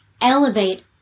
elevate